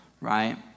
right